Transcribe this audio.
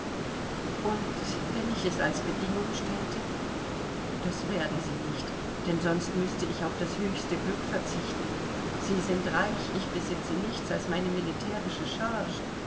und wenn ich es als bedingung stellte das werden sie nicht denn sonst müßte ich auf das höchste glück verzichten sie sind reich ich besitze nichts als meine militärische charge